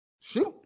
Shoot